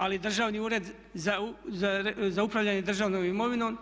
Ali Državni ured za upravljanje državnom imovinom